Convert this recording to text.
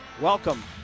Welcome